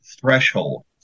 threshold